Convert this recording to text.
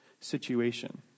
situation